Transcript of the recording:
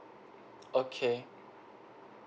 okay